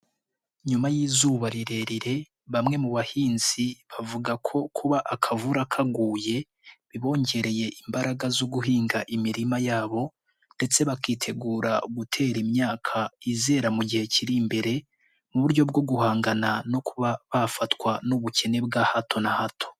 Nyuma y'izuba rirerire bamwe mu bahinzi bavuga ko kuba akavura kanguye bibongereye imbaraga zo guhinga imirima yabo ndetse bakitegura gutera imyaka izera mu gihe kiri imbere mu buryo bwo guhangana no kuba bafatwa n'ubukene bwa hato na hato.